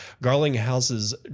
Garlinghouse's